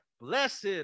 blessed